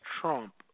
Trump